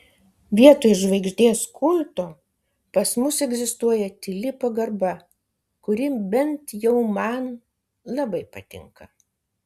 vietoj žvaigždės kulto pas mus egzistuoja tyli pagarba kuri bent jau man labai patinka